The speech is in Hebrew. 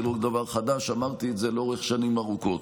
זה לא דבר חדש, אמרתי את זה לאורך שנים ארוכות.